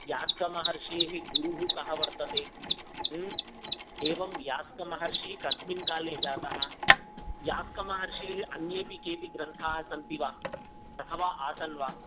यास्कमहर्षेः गुरुः कः वर्तते एवं यास्कमहर्षिः कस्मिन् काले जातः यास्कमहर्षेः अन्येऽपि केऽपि ग्रन्थाः सन्ति वा अथवा आसन् वा